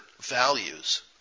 values